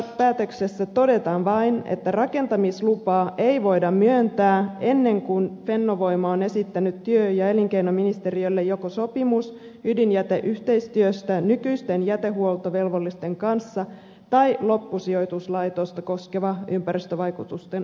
periaatepäätöksessä todetaan vain että rakentamislupaa ei voida myöntää ennen kuin fennovoima on esittänyt työ ja elinkeinoministeriölle joko sopimuksen ydinjäteyhteistyöstä nykyisten jätehuoltovelvollisten kanssa tai loppusijoituslaitosta koskevan ympäristövaikutusten arviointiohjelman